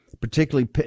particularly